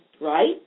right